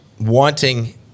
wanting